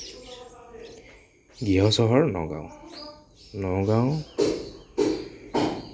গৃহ চহৰ নগাওঁ নগাওঁ